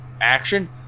action